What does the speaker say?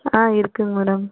ஆ இருக்குங்க மேடம்